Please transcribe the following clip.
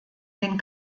den